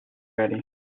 ready